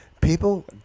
People